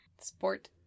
sport